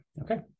Okay